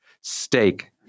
Steak